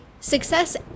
Success